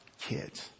kids